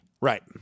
Right